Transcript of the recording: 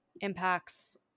impacts